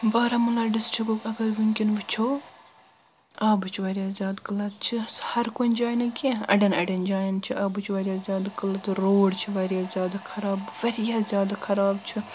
بارہمولہ ڈِسٹرٛکُک اگر وٕنۍکٮ۪ن وٕچھو آبٕچ واریاہ زیادٕ قلعت چھِ ہر کُنہِ جایہِ نہٕ کینٛہہ اڑٮ۪ن اڑٮ۪ن جاین چھُ آبٕچ واریاہ زیادٕ قلعت روڈ چھ واریاہ زیادٕ خراب واریاہ زیادٕ خراب چھِ